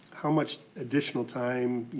how much additional time,